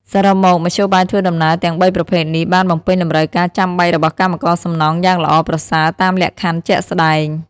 សរុបមក មធ្យោបាយធ្វើដំណើរទាំងបីប្រភេទនេះបានបំពេញតម្រូវការចាំបាច់របស់កម្មករសំណង់យ៉ាងល្អប្រសើរតាមលក្ខខណ្ឌជាក់ស្តែង។